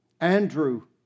Andrew